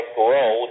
grow